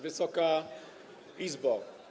Wysoka Izbo!